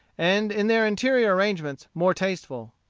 and in their interior arrangements more tasteful.